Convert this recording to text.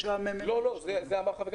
מרכז המחקר של הכנסת